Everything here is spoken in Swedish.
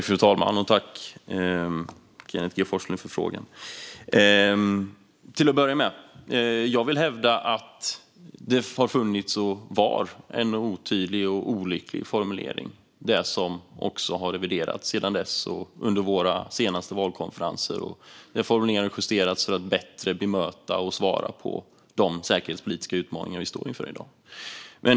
Fru talman! Tack, Kenneth G Forslund, för frågan! Till att börja med vill jag hävda att det har funnits, och var, en otydlig och olycklig formulering. Den har reviderats sedan dess och under våra senaste valkonferenser, där formuleringar har justerats för att bättre bemöta och svara på de säkerhetspolitiska utmaningar vi står inför i dag.